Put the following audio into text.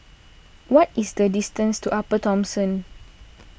what is the distance to Upper Thomson